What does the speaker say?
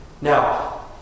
Now